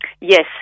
yes